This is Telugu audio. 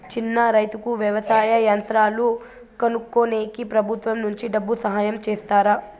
చిన్న రైతుకు వ్యవసాయ యంత్రాలు కొనుక్కునేకి ప్రభుత్వం నుంచి డబ్బు సహాయం చేస్తారా?